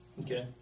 Okay